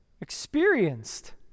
experienced